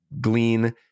glean